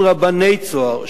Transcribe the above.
רבני "צהר",